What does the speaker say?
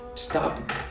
Stop